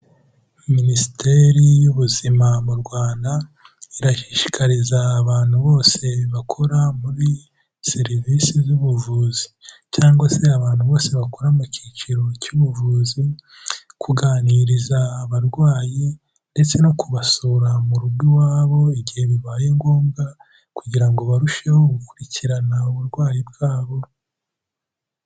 Minisiteri y'Ubuzima mu Rwanda irashishikariza abantu bose bakora muri serivisi z'ubuvuzi cyangwa se abantu bose bakora mu kiciro cy'ubuvuzi, kuganiriza abarwayi ndetse no kubasura mu rugo iwabo igihe bibaye ngombwa kugira ngo barusheho gukurikirana uburwayi bwabo.